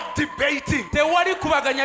debating